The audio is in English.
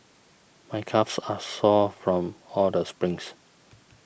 my calves are sore from all the sprints